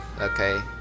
okay